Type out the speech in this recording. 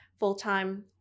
full-time